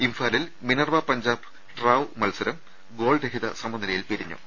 ഇംഫാലിൽ Minerva Punjab ട്രാവ് മത്സരം ഗോൾര ഹിത സമനിലയിൽ അവസാനിച്ചു